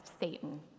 Satan